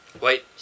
Wait